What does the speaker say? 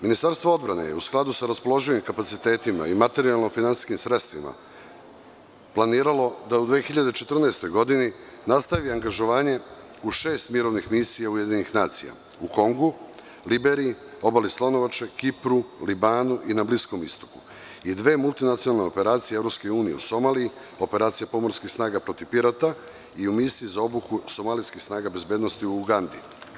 Ministarstvo odbrane, je u skladu sa raspoloživim kapacitetima i materijalno-finansijskim sredstvima, planiralo da u 2014. godini nastavi angažovanje u šest mirovnih misija UN, u Hongu, Liberiji, Obali Slonovače, Kipru, Libanu i na Bliskom Istoku i dve multinacionalne operacije EU u Somaliji, operacija pomorskih snaga protiv pirata i u Misiji za obuku somalijskih snaga bezbednosti u Ugandi.